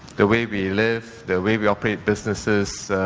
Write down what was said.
the way we live, the way we operate businesses,